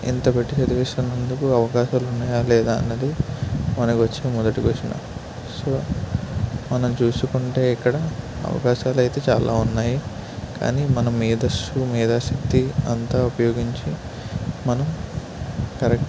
ఇంత పెట్టి చదివిస్తున్నందుకు అవకాశాలున్నాయా లేదా అనేది మనకొచ్చిన మొదటి క్వషన్ సో మనం చూసుకుంటే ఇక్కడ అవకాశాలయితే చాలా ఉన్నాయి కానీ మన మేధస్సు మేధాశక్తి అంతా ఉపయోగించి మనం కరెక్ట్